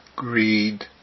Greed